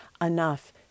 enough